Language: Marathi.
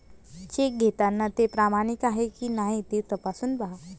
चेक घेताना ते प्रमाणित आहे की नाही ते तपासून पाहा